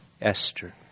Esther